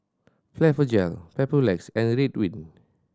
Blephagel Papulex and Ridwind